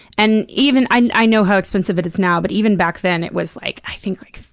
and even i know how expensive it is now, but even back then it was, like, i think, like,